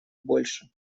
больше